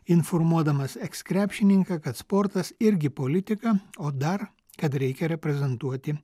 informuodamas eks krepšininką kad sportas irgi politika o dar kad reikia reprezentuoti